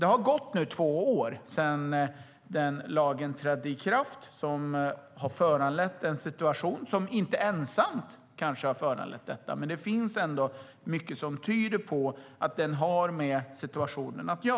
Det har nu gått två år sedan den lag som har föranlett denna situation trädde i kraft. Lagen kanske inte föranledde den ensam, men det finns mycket som tyder på att den har med situationen att göra.